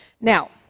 Now